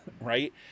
Right